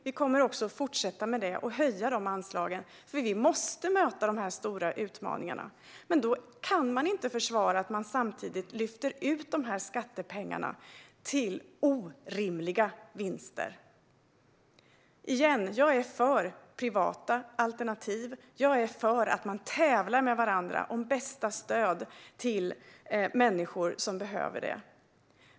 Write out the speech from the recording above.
Vi kommer att fortsätta med detta och även höja anslagen, för vi måste möta dessa stora utmaningar. Men då kan man inte försvara att skattepengar lyfts ut till orimliga vinster. Återigen: Jag är för privata alternativ och att man tävlar med varandra om bästa stöd till människor som behöver det.